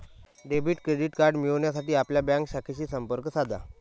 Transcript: debit credit card मिळविण्यासाठी आपल्या bank शाखेशी संपर्क साधा